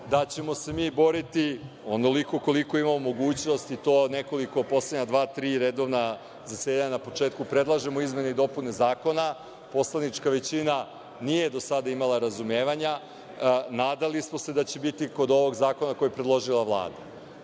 da ćemo se mi boriti onoliko koliko imamo mogućnost, mi to od nekoliko poslednja dva-tri redovna zasedanja na početku predlažemo izmene i dopune zakona, poslanička većina nije do sada imala razumevanja, nadali smo se da će biti kod ovog zakona koji je predložila Vlada.